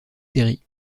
séries